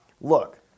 look